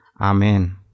Amen